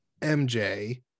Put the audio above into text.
MJ